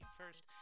first